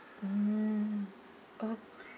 mm okay